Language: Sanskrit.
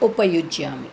उपयुज्यामि